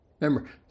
Remember